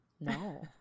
no